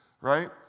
right